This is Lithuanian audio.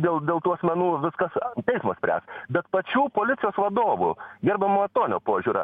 dėl dėl tų asmenų viskas teismas spręs bet pačių policijos vadovų gerbiamo matonio požiūra